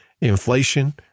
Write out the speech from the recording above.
inflation